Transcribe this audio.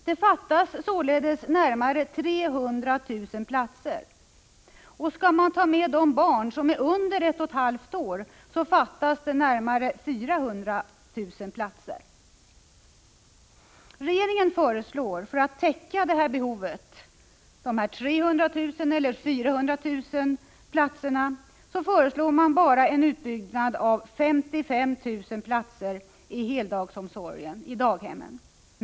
Det fattas således närmare 300 000 platser, och skall man ta med de barn som är yngre än ett och ett halvt år, så fattas det närmare 400 000 platser. Regeringen föreslår för att täcka detta behov — dessa 300 000 eller 400 000 platser — bara en utbyggnad av 55 000 platser för heldagsomsorgen i daghemmen.